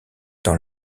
dans